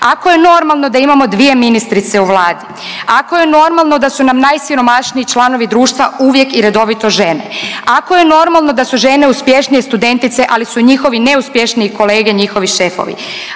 ako je normalno da imamo dvije ministrice u Vladi, ako je normalno da su nam najsiromašniji članovi društva uvijek i redovito žene, ako je normalno da su žene uspješnije studentice, ali su njihovi neuspješniji kolege njihovi šefovi,